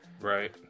right